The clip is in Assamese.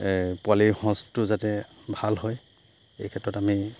পোৱালি সঁচটো যাতে ভাল হয় এই ক্ষেত্ৰত আমি